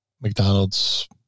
mcdonald's